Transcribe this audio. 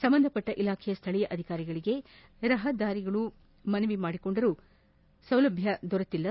ಸಂಬಂಧಪಟ್ಟ ಇಲಾಖೆಯ ಸ್ಥಳೀಯ ಅಧಿಕಾರಿಗಳಿಗೆ ನಿವಾಸಿಗಳು ಮನವಿ ಮಾಡಿಕೊಂಡರೂ ಸೌಲಭ್ಯ ದೊರೆತಿಲ್ಲ